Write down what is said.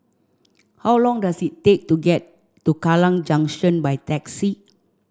how long does it take to get to Kallang Junction by taxi